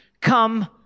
come